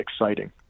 exciting